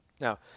Now